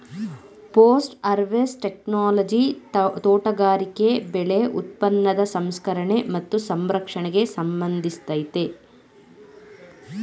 post harvest technology ತೋಟಗಾರಿಕೆ ಬೆಳೆ ಉತ್ಪನ್ನದ ಸಂಸ್ಕರಣೆ ಮತ್ತು ಸಂರಕ್ಷಣೆಗೆ ಸಂಬಂಧಿಸಯ್ತೆ